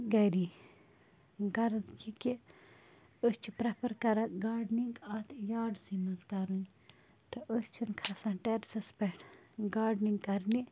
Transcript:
گَری غرض یہِ کہِ أسۍ چھِ پرٛٮ۪فَر کران گاڈنِنٛگ اَتھ یاڈسٕے منٛز کَرٕنۍ تہٕ أسۍ چھِنہٕ کھسان ٹٮ۪رِسَس پٮ۪ٹھ گاڈنِںٛگ کرنہِ